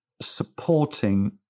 supporting